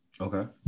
okay